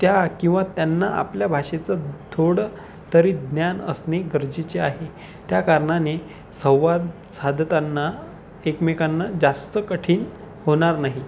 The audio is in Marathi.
त्या किंवा त्यांना आपल्या भाषेचं थोडं तरी ज्ञान असणे गरजेचे आहे त्या कारणाने संवाद साधताना एकमेकांना जास्त कठीण होणार नाही